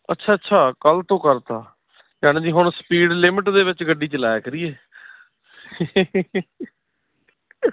ਅੱਛਾ ਅੱਛਾ ਕੱਲ੍ਹ ਤੋਂ ਕਰਤਾ ਯਾਨੀ ਹੁਣ ਸਪੀਡ ਲਿਮਿਟ ਦੇ ਵਿੱਚ ਗੱਡੀ ਚਲਾਇਆ ਕਰੀਏ